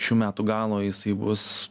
šių metų galo jisai bus